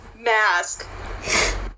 mask